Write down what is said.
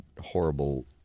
horrible